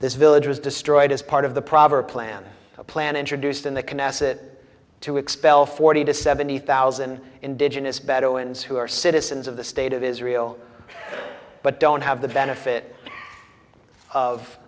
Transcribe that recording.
this village was destroyed as part of the proverb plan a plan introduced in the knesset to expel forty to seventy thousand indigenous bedouins who are citizens of the state of israel but don't have the benefit of